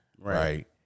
Right